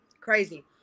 crazy